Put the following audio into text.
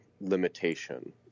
limitation